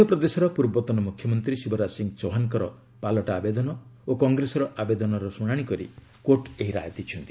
ମଧ୍ୟପ୍ରଦେଶର ପୂର୍ବତନ ମୁଖ୍ୟମନ୍ତ୍ରୀ ଶିବରାଜ ସିଂହ ଚୌହାନଙ୍କ ପାଲଟା ଆବେଦନ ଓ କଂଗ୍ରେସର ଆବେଦନର ଶୁଣାଣି କରି କୋର୍ଟ୍ ଏହି ରାୟ ଦେଇଛନ୍ତି